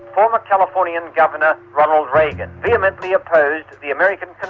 former californian governor, ronald reagan, vehemently opposed the american